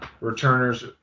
returners